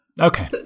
Okay